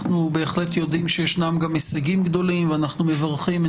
אנחנו בהחלט יודעים שישנם גם הישגים גדולים ואנחנו מברכים את